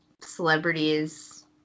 celebrities